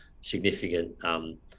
significant